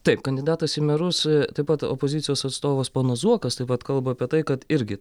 taip kandidatas į merus taip pat opozicijos atstovas ponas zuokas taip pat kalba apie tai kad irgi